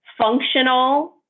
functional